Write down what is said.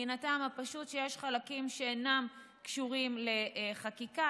מהטעם הפשוט שיש חלקים שאינם קשורים לחקיקה.